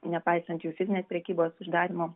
nepaisant jų fizinės prekybos uždarymo